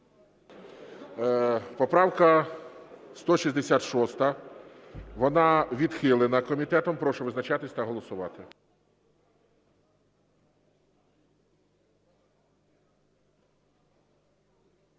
поправка. Вона відхилена комітетом. Прошу визначатись та голосувати.